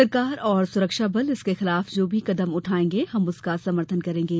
सरकार और सुरक्षाबल इसके खिलाफ जो भी कदम उठायेंगे हम उसका समर्थन करेंगे